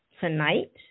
Tonight